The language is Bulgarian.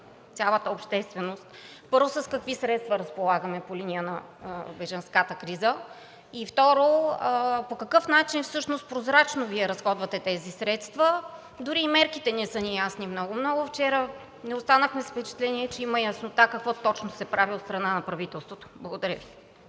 цялата общественост, първо, с какви средства разполагаме по линия на бежанската криза, и второ, по какъв начин всъщност прозрачно Вие разходвате тези средства. Дори и мерките не са ни ясни много-много. Вчера не останахме с впечатление, че има яснота какво точно се прави от страна на правителството. Благодаря Ви.